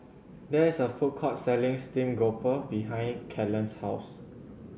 there is a food court selling steamed grouper behind Kellen's house